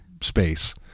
space